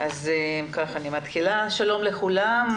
שלום לכולם.